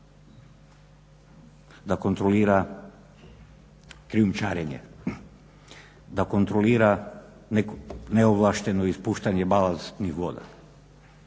da kontrolira krijumčarenje, da kontrolira neovlašteno ispuštanje balastnih voda.